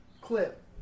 clip